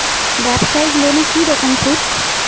ব্যবসায়িক লোনে কি রকম সুদ?